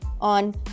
on